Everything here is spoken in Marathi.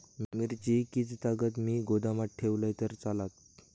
मिरची कीततागत मी गोदामात ठेवलंय तर चालात?